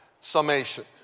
summation